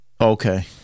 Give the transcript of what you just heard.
Okay